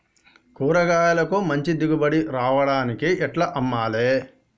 కూరగాయలకు మంచి దిగుబడి రావడానికి ఎట్ల అమ్మాలే?